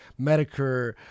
Medicare